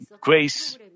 grace